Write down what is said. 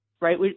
right